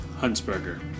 Huntsberger